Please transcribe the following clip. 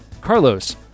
Carlos